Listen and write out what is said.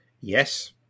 Yes